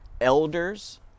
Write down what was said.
elders